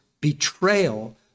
betrayal